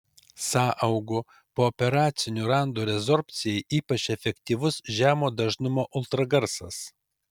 sąaugų pooperacinių randų rezorbcijai ypač efektyvus žemo dažnumo ultragarsas